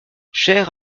cher